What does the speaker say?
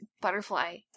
butterfly